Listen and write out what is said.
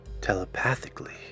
telepathically